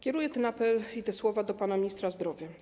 Kieruję ten apel i te słowa do pana ministra zdrowia.